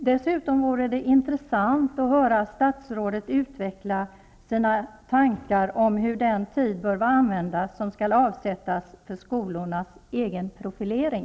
Dessutom vore det intressant att höra statsrådet utveckla sina tankar om hur den tid bör användas som skall avsättas för skolornas egen profilering.